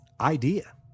idea